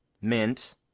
mint